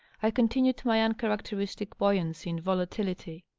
i continued my uncharacteristic buoyancy and volatility.